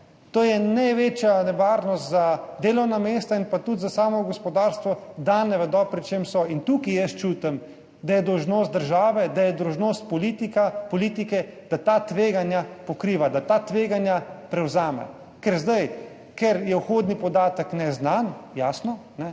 To je največja nevarnost za delovna mesta in pa tudi za samo gospodarstvo, da ne vedo, pri čem so. Tukaj jaz čutim, da je dolžnost države, da je dolžnost politike, da ta tveganja pokriva, da ta tveganja prevzame. Ker je zdaj vhodni podatek neznan, jasno